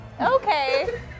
Okay